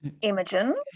Imogen